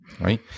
Right